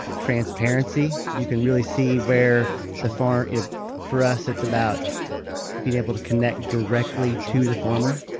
transparency. you can really see where the farm. you know for us, it's about being able to connect directly to the farmer.